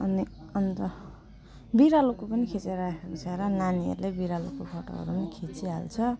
अनि अन्त बिरालोको पनि खिचेर राखेको छ र नानीहरूले बिरालोको फोटोहरू पनि खिचिहाल्छ